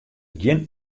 gjin